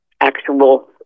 actual